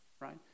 right